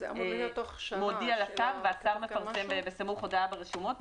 מודע לשר והשר מפרסם בסמוך הודעה לרשומות,